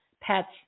pets